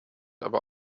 aber